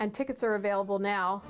and tickets are available now